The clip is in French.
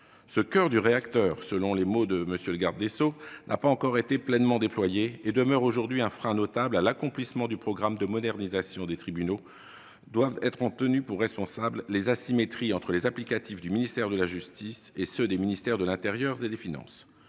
Ce « coeur du réacteur », selon les mots de M. le garde des sceaux, n'a pas encore été pleinement déployé, ce qui constitue aujourd'hui encore un frein notable à l'accomplissement du programme de modernisation des tribunaux : doivent en être tenues pour responsables les asymétries entre les applicatifs du ministère de la justice et ceux des ministères de l'intérieur et des finances.